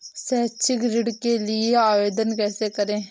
शैक्षिक ऋण के लिए आवेदन कैसे करें?